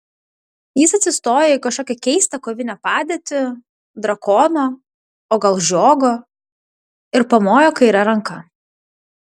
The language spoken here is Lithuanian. jis atsistojo į kažkokią keistą kovinę padėtį drakono o gal žiogo ir pamojo kaire ranka